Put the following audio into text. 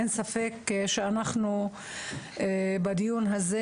אין ספק שאנחנו בדיון הזה